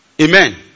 Amen